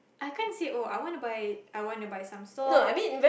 I can't say oh I wanna buy I wanna buy some socks